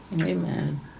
Amen